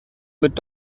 mit